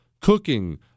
cooking